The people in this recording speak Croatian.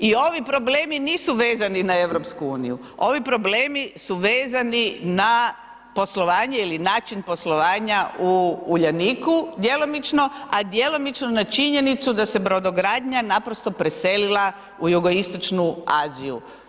I ovi problemi nisu vezani na EU, ovi problemi su vezani na poslovanje ili način poslovanja u Uljaniku, djelomično, a djelomično na činjenicu da se brodogradnja naprosto preselila u jugoistočnu Aziju.